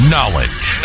Knowledge